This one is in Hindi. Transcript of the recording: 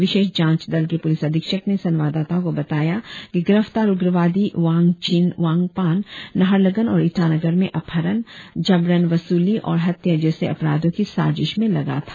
विशेष जांच दल के पुलिस अधीक्षक ने संवाददाताओ को बताया कि गिरफ्तार उग्रवादी वांगचिन वांगपान नाहरलगुन और ईटानगर में अपहरण जबरन वसूली और हत्या जैसे अपराधों की साजिश में लगा था